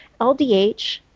LDH